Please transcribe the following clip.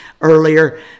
earlier